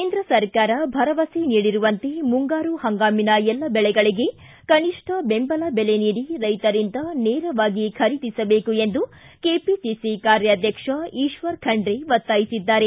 ಕೇಂದ್ರ ಸರ್ಕಾರ ಭರವಸೆ ನೀಡಿರುವಂತೆ ಮುಂಗಾರು ಹಂಗಾಮಿನ ಎಲ್ಲ ಬೆಳೆಗಳಗೆ ಕನಿಷ್ಠ ಬೆಂಬಲ ಬೆಲೆ ನೀಡಿ ರೈತರಿಂದ ನೇರವಾಗಿ ಖರೀದಿಸಬೇಕು ಎಂದು ಕೆಪಿಸಿಸಿ ಕಾರ್ಯಾಧ್ಯಕ್ಷ ಈಶ್ವರ ಖಂಡ್ರೆ ಒತ್ತಾಯಿಸಿದ್ದಾರೆ